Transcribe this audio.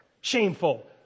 shameful